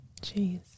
Jeez